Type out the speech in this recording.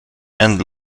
and